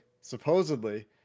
supposedly